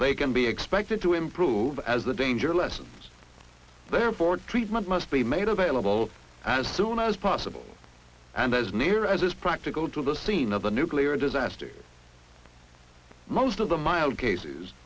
they can be expected to improve as the danger lessens there for treatment must be made available as soon as possible and as near as is practical to the scene of the nuclear disaster most of the mild cases